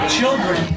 children